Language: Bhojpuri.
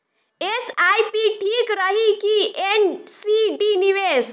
एस.आई.पी ठीक रही कि एन.सी.डी निवेश?